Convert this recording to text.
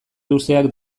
luzeak